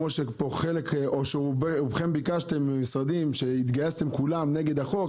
כפי שרובכם ביקשתם מן המשרדים כשהתגייסתם כולם נגד הצעת החוק,